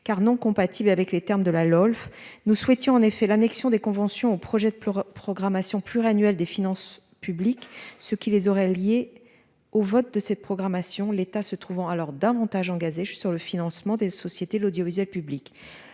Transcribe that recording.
car non compatible avec les termes de la LOLF. Nous souhaitons en effet l'annexion des conventions au projet de programmation pluriannuelle des finances publiques, ce qui les aurait lié au vote de cette programmation l'état se trouvant alors davantage en gaz et je suis sur le financement des sociétés de l'audiovisuel public.